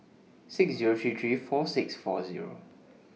six Zero three three four six four Zero